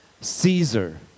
Caesar